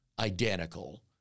identical